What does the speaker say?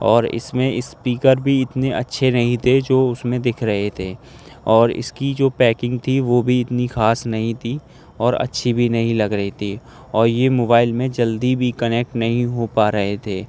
اور اس میں اسپیکر بھی اتنے اچھے نہیں تھے جو اس میں دکھ رہے تھے اور اس کی جو پیکنگ تھی وہ بھی اتنی خاص نہیں تھی اور اچھی بھی نہیں لگ رہی تھی اور یہ موبائل میں جلدی بھی کنیکٹ نہیں ہو پا رہے تھے